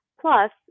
plus